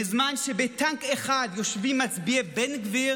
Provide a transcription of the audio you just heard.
בזמן שבטנק אחד יושבים מצביעי בן גביר